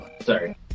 Sorry